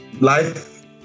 Life